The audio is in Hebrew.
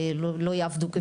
לא יעבדו.